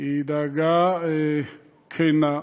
היא דאגה כנה,